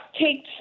take